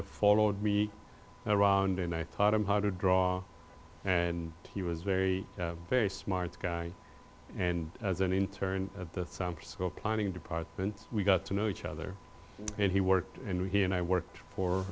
of followed me around and i taught him how to draw and he was very very smart guy and as an intern at the school planning department we got to know each other and he worked and he and i worked for